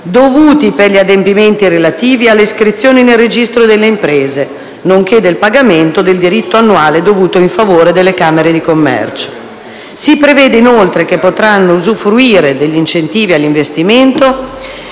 dovuti per gli adempimenti relativi alle iscrizioni nel registro delle imprese, nonché del pagamento del diritto annuale dovuto in favore delle Camere di commercio. Si prevede, inoltre, che potranno usufruire degli incentivi all'investimento